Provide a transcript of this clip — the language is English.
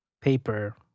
paper